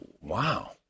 wow